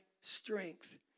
strength